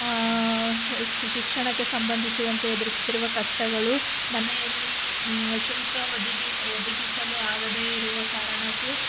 ಶಿಕ್ಷಣಕ್ಕೆ ಸಂಬಂಧಿಸಿದಂತೆ ಎದುರಿಸುತ್ತಿರುವ ಕಷ್ಟಗಳು ಮನೆಯಲ್ಲಿ ಶುಲ್ಕ ಒದಗಿಸ ಒದಗಿಸಲು ಆಗದೆ ಇರುವ ಕಾರಣಕ್ಕೂ